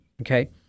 Okay